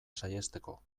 saihesteko